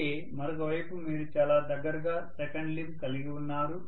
అయితే మరొక వైపు మీరు చాలా దగ్గరగా సెకండ్ లింబ్ కలిగి ఉన్నారు